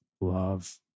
love